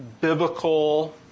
biblical